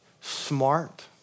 smart